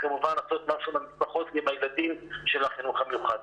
וכמובן לעשות משהו עם המשפחות ועם הילדים של החינוך המיוחד.